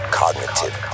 cognitive